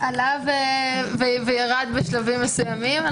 עלה וירד בשלבים מסוימים.